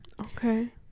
Okay